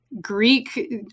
greek